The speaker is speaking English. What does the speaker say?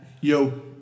Yo